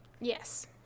Yes